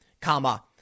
comma